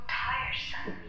tiresome